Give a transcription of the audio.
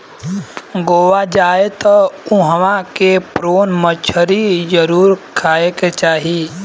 गोवा जाए त उहवा के प्रोन मछरी जरुर खाए के चाही